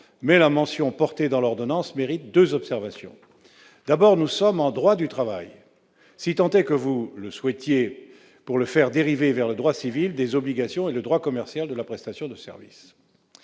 la mention portée dans l'ordonnance mérite deux observations. D'une part, nous sommes là dans le droit du travail, si tant est que vous le souhaitiez, pour le faire dériver vers le droit civil des obligations et le droit commercial de la prestation de service.